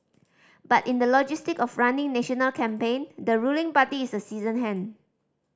but in the logistic of running national campaign the ruling party is a seasoned hand